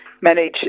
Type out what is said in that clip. manage